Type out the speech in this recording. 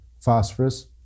phosphorus